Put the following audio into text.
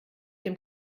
dem